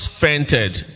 fainted